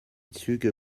züge